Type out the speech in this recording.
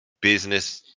business